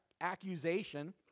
accusation